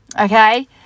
okay